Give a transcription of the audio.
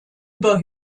über